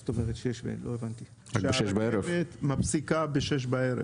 כלומר, שהרכבת מפסיקה ב-18:00.